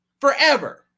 forever